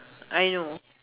I know